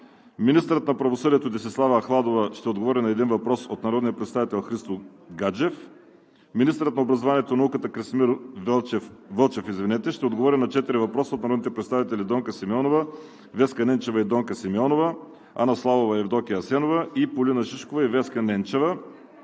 Министърът на правосъдието Десислава Ахладова ще отговори на един въпрос от народния представител Христо Гаджев. 5. Министърът на образованието и науката Красимир Вълчев ще отговори на четири въпроса от народните представители Донка Симеонова; Веска Ненчева и Донка Симеонова; Анна Славова и Евдокия Асенова; Полина Шишкова и Веска Ненчева.